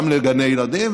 גם לגני ילדים,